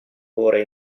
ore